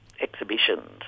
exhibitions